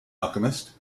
alchemist